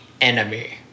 enemy